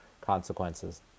consequences